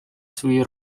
своїй